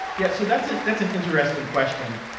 yeah. so that's an that's an interesting question.